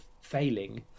failing